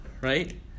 Right